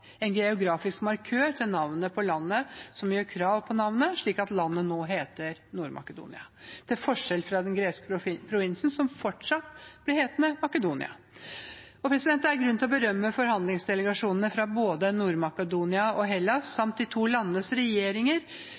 en geografisk markør til navnet på landet som gjør krav på navnet, slik at landet nå heter Nord-Makedonia, til forskjell fra den greske provinsen som fortsatt blir hetende Makedonia. Det er grunn til å berømme forhandlingsdelegasjonene fra både Nord-Makedonia og Hellas, samt de to landenes regjeringer,